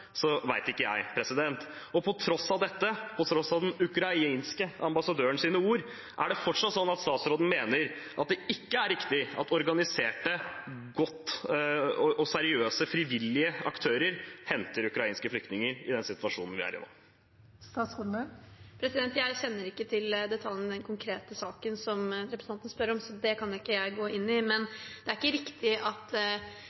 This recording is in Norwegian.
så vet ikke jeg. På tross av dette, på tross av den ukrainske ambassadørens ord: Er det fortsatt sånn at statsråden mener det ikke er riktig at organiserte, seriøse frivillige aktører henter ukrainske flyktninger i den situasjonen vi er i nå? Jeg kjenner ikke til detaljene i den konkrete saken som representanten spør om, så det kan ikke jeg gå inn i,